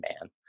man